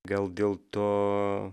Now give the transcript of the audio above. gal dėl to